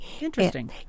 Interesting